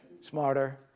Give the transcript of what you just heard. smarter